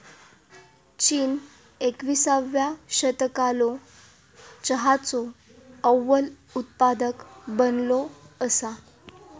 चीन एकविसाव्या शतकालो चहाचो अव्वल उत्पादक बनलो असा